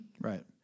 right